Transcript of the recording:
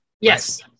Yes